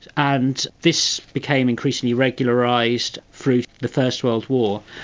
and this became increasingly regularised through the first world war.